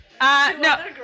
No